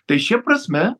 tai šia prasme